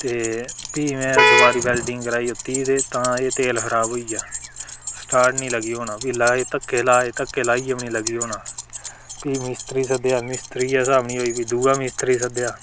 ते फ्ही में दबारा बैलडिंग कराई लैती तां एह् तेल खराब होई गेआ स्टाट नी लगी होन फ्ही लाए धक्के लाए धक्के लाइयै बी नी लगी होन फ्ही मिस्तरी सद्देआ मिस्तरिया सा बी नी होई फ्ही दूआ मिस्तरी सद्देआ